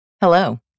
Hello